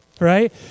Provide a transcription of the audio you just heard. Right